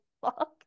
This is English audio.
fuck